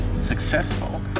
successful